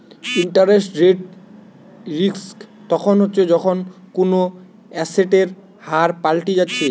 interest rate risk তখন হচ্ছে যখন কুনো এসেটের হার পাল্টি যাচ্ছে